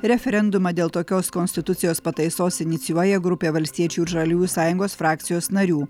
referendumą dėl tokios konstitucijos pataisos inicijuoja grupė valstiečių ir žaliųjų sąjungos frakcijos narių